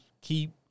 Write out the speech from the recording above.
keep